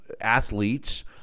athletes